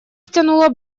стянула